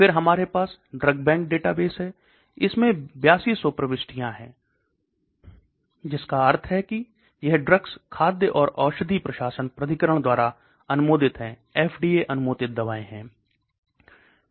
फिर हमारे पास ड्रग बैंक डेटाबेस है इसमें 8200 प्रविष्टियाँ हैं जिसका अर्थ है की यह ड्रग्स खाद्य और औषधि प्रशासन प्राधिकरण द्वारा अनुमोदित हैं FDA अनुमोदित दवाएँ है